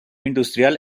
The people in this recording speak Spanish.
industrial